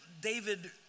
David